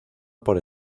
por